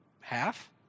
half